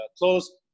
close